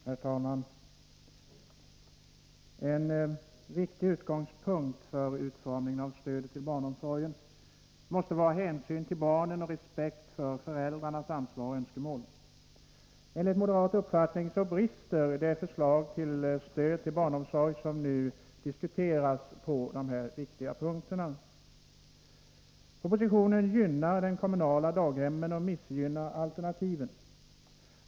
Herr talman! En viktig utgångspunkt för utformningen av stödet till barnomsorgen måste vara hänsyn till barnen och respekt för föräldrarnas ansvar och önskemål. Enligt moderat uppfattning brister det förslag till stöd till barnomsorg som nu diskuteras på dessa viktiga punkter. Propositionen gynnar de kommunala daghemmen och missgynnar alternativen.